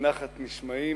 בנחת נשמעים